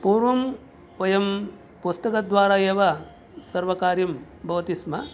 पूर्वं वयं पुस्तकद्वारा एव सर्वं कार्यं भवति स्म